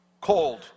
cold